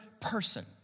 person